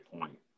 point